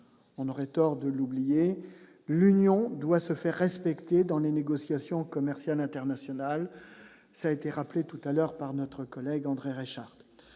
on aurait tort de l'oublier, l'Union doit se faire respecter dans les négociations commerciales internationales, ça été rappelé tout à l'heure par notre collègue André Richard,